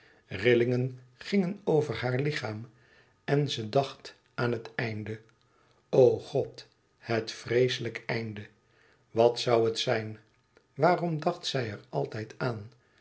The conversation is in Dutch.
rillingen gingen over haar lichaam en ze dacht aan het einde o god het vreeslijk einde wat zoû het zijn waarom dacht zij er altijd aan